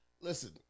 Listen